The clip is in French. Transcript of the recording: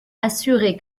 assuré